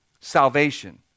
Salvation